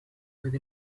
with